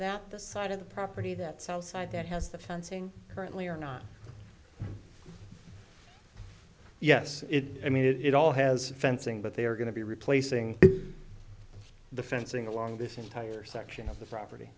that the side of the property that south side that has the fencing currently or not yes i mean it all has fencing but they are going to be replacing the fencing along this entire section of the property